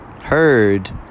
heard